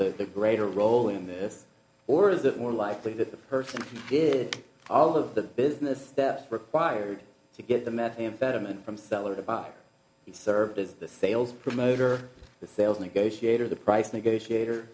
the greater role in this or is it more likely that the person did all of the business that required to get the methamphetamine from cellar to bar he served as the sales promoter the sales negotiator the price negotiator